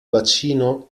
bacino